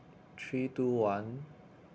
three two one